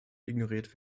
ignoriert